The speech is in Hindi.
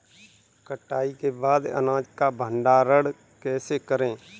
कटाई के बाद अनाज का भंडारण कैसे करें?